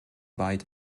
weit